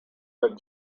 that